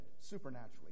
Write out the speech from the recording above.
supernaturally